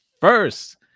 First